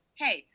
hey